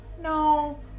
no